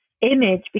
image